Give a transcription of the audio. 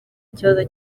kibazo